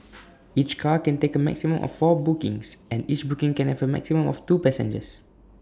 each car can take A maximum of four bookings and each booking can have A maximum of two passengers